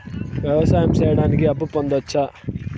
వ్యవసాయం సేయడానికి అప్పు పొందొచ్చా?